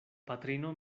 patrino